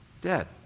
dead